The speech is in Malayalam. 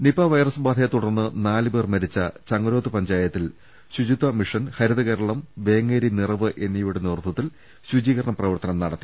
നിപ വൈറസ് ബാധയെ തുടർന്ന് നാലുപേർ മരിച്ച ചങ്ങ രോത്ത് പഞ്ചായത്തിൽ ശുചിത്വമിഷൻ ഹരിതകേർളം വേങ്ങേരി നിറവ് എന്നി വയുടെ നേതൃത്വത്തിൽ ശുചീകരണ പ്രവർത്തനം നടത്തി